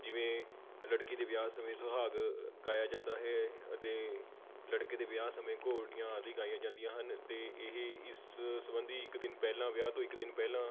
ਜਿਵੇਂ ਲੜਕੀ ਦੇ ਵਿਆਹ ਸਮੇਂ ਸੁਹਾਗ ਗਾਇਆ ਜਾਂਦਾ ਹੈ ਅਤੇ ਲੜਕੇ ਦੇ ਵਿਆਹ ਸਮੇਂ ਘੋੜੀਆਂ ਆਦਿ ਗਾਈਆਂ ਜਾਂਦੀਆਂ ਹਨ ਅਤੇ ਇਹ ਇਸ ਸਬੰਧੀ ਇੱਕ ਦਿਨ ਪਹਿਲਾਂ ਵਿਆਹ ਤੋਂ ਇੱਕ ਦਿਨ ਪਹਿਲਾਂ